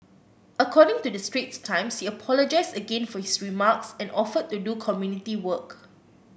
according to the Straits Times he apologised again for his remarks and offered to do community work